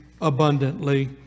abundantly